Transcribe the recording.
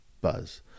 buzz